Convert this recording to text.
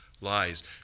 lies